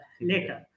later